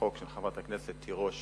החוק של חברת הכנסת תירוש